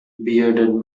bearded